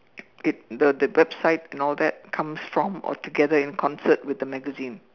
get the the website and all that comes from or together in concert with the magazine